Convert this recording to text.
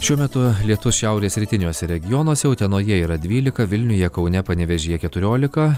šiuo metu lietus šiaurės rytiniuose regionuose utenoje yra dvylika vilniuje kaune panevėžyje keturiolika